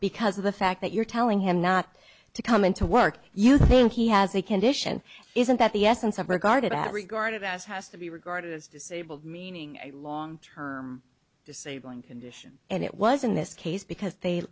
because of the fact that you're telling him not to come into work you think he has a condition isn't that the essence of regarded at regarded as has to be regarded as disabled meaning a long term disabling condition and it was in this case because they